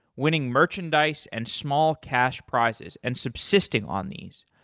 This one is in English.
winning merchandise and small cash prizes and subsisting on these.